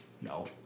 No